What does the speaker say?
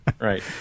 right